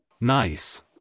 Nice